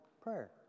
Prayer